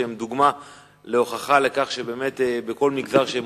שהם דוגמה והוכחה לכך שבאמת בכל מגזר שהם